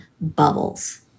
bubbles